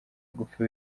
gupfa